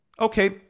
Okay